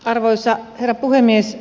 arvoisa herra puhemies